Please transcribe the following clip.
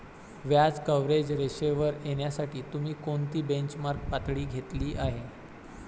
व्याज कव्हरेज रेशोवर येण्यासाठी तुम्ही कोणती बेंचमार्क पातळी घेतली आहे?